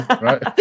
right